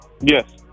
Yes